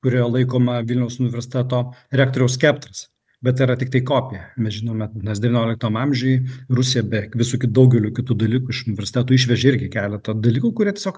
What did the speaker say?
kurioje laikoma vilniaus universiteto rektoriaus skeptras bet tai yra tiktai kopija mes žinome nes devynioliktam amžiuj rusija be visokių daugelio kitų dalykų iš universiteto išvežė irgi keletą dalykų kurie tiesiog